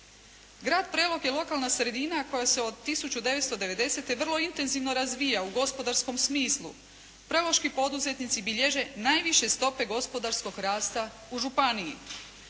Grad Prelog je lokalna sredina koja se od 1990. vrlo intenzivno razvija u gospodarskom smislu. Preloški poduzetnici bilježe najviše stope gospodarskog rasta u županiji.